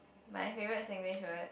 my favourite Singlish word